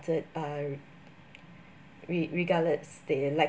uh re~ regardless they like